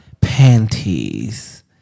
panties